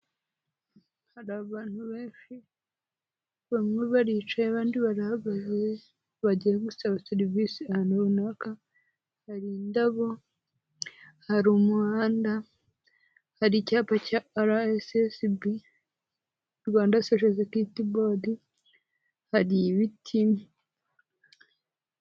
Hari abantu benshi, bamwe baricaye abandi barahagaze bagiye musaba serivisi ahantu runaka, hari indabo, hari umuhanda, hari icyapa cya RSSB, Rwanda sosho sekiriti bodi, hari ibiti...